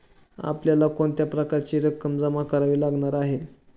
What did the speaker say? आपल्याला कोणत्या प्रकारची रक्कम जमा करावी लागणार आहे?